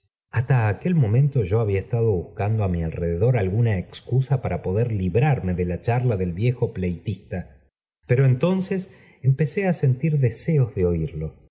hasta aquel momento yo había estado buscando á mi alrededor alguna excusa para poder librarme de la charla del viejo pleitista pero entonces empecé á sentir deseos de oirlo